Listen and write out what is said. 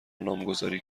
نامگذاری